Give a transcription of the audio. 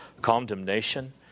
condemnation